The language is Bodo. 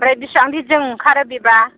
ओमफ्राय बिसिबां दिनजों ओंखारो बेबा